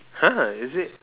!huh! is it